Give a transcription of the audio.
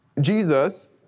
Jesus